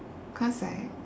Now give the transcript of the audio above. cause like